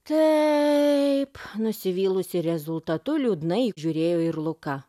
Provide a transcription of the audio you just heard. taip nusivylusi rezultatu liūdnai žiūrėjo ir luka